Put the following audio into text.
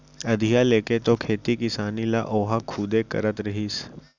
अधिया लेके तो खेती किसानी ल ओहा खुदे करत रहिस